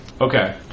Okay